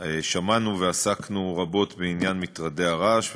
ושמענו ועסקנו רבות בעניין מטרדי הרעש.